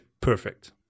perfect